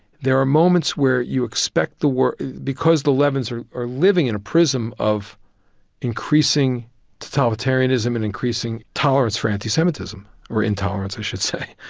there are moments where you expect the worst because the levins are living in a prism of increasing totalitarianism and increasing tolerance for anti-semitism. or intolerance, i should say.